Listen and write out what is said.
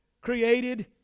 created